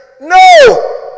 No